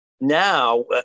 now